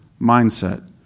mindset